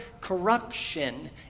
corruption